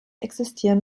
existieren